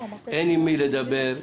אין עם מי לדבר,